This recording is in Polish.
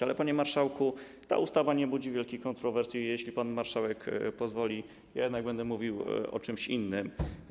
Ale, panie marszałku, ta ustawa nie budzi wielkich kontrowersji, stąd, jeśli pan marszałek pozwoli, ja jednak będę mówił o czymś innym.